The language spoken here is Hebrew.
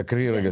תקריאי רגע.